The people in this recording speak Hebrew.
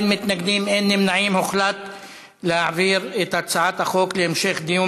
ההצעה להעביר את הצעת חוק שירותי הסעד (תיקון מס' 8)